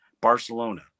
Barcelona